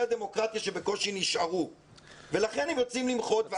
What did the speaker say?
הדמוקרטיה שבקושי נשארו ולכן הם יוצאים למחות.